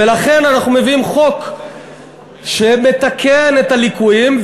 ולכן אנחנו מביאים חוק שמתקן את הליקויים,